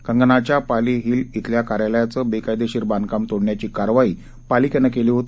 कंगनाच्या पाली हिल श्वेल्या कार्यालयाचं बेकायदेशीर बांधकाम तोडण्याची कारवाई पालिकेनं केली होती